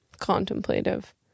contemplative